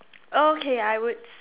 okay I would